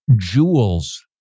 jewels